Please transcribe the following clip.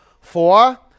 Four